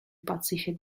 pacifist